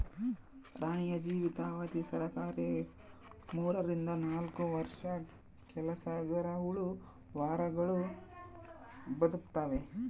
ರಾಣಿಯ ಜೀವಿತ ಅವಧಿ ಸರಾಸರಿ ಮೂರರಿಂದ ನಾಲ್ಕು ವರ್ಷ ಕೆಲಸಗರಹುಳು ವಾರಗಳು ಬದುಕ್ತಾವೆ